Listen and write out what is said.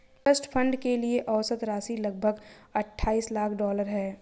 trust fund के लिए औसत राशि लगभग अट्ठाईस लाख डॉलर है